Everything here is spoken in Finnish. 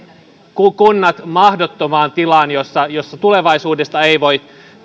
kunnat mahdottomaan tilaan jossa jossa tulevaisuudesta ei voi